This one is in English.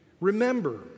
Remember